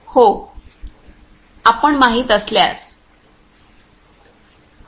हो आपण माहित असल्यास